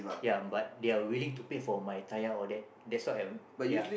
ya but they are willing to pay for my tire all that that's why I so